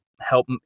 help